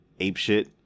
apeshit